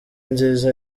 nziza